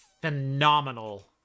phenomenal